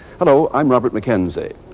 hello, i'm robert mckenzie.